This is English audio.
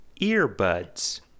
Earbuds